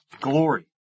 glory